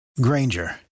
Granger